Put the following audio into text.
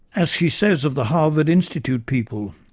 as she says of the harvard institute people,